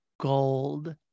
gold